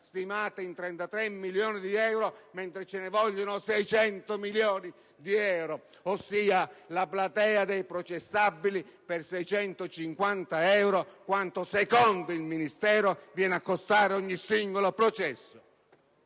stimata in 33 milioni di euro, mentre ci vogliono 600 milioni di euro, ossia 650 euro, quanto secondo il Ministero viene a costare ogni singolo processo,